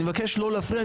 אני מבקש לא להפריע.